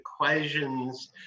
equations